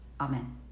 Amen